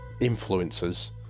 influencers